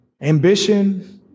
ambition